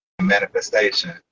manifestation